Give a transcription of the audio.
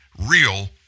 real